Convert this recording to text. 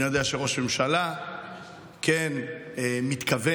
ואני יודע שראש הממשלה כן מתכוון,